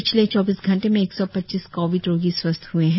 पिछले चौबिस घंटे में एक सौ पच्चीस कोविड रोगी स्वस्थ हए है